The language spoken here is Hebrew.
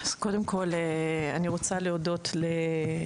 אז קודם כל אני רוצה להודות לחבר